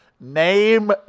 name